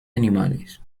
animales